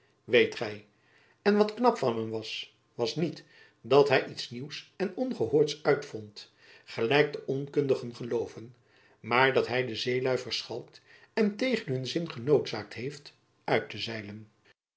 weet gy en wat knap van hem was was niet dat hy iets nieuws en ongehoords uitvond gelijk de onkundigen gelooven maar dat hy de zeelui verschalkt en tegen hun zin genoodzaakt heeft uit te